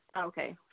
Okay